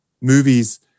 movies